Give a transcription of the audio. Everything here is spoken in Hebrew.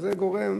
וזה גורם,